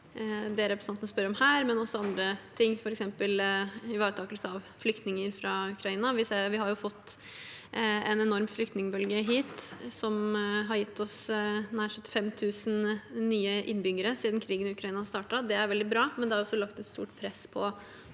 det representanten spør om her, og også andre ting, f.eks. ivaretakelse av flyktninger fra Ukraina. Vi har jo fått en enorm flyktningbølge som har gitt oss nær 75 000 nye innbyggere siden krigen i Ukraina startet. Det er veldig bra, men det har også lagt et stort press på